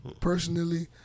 personally